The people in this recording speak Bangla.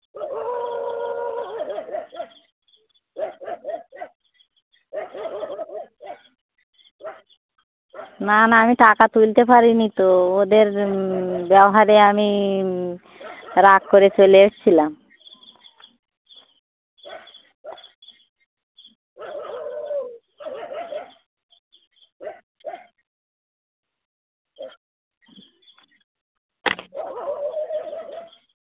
না না আমি টাকা তুলতে পারি নি তো ওদের ব্যবহারে আমি রাগ করে চলে এসছিলাম